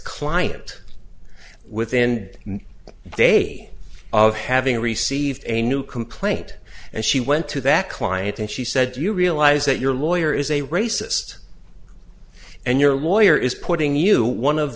client within a day of having received a new complaint and she went to that client and she said do you realize that your lawyer is a racist and your lawyer is putting you one of